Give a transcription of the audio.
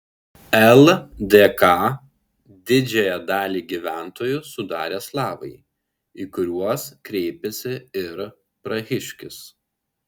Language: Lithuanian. ldk didžiąją dalį gyventojų sudarė slavai į kuriuos kreipėsi ir prahiškis